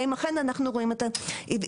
האם אכן אנחנו רואים את ההבדלים.